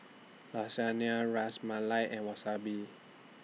Lasagna Ras Malai and Wasabi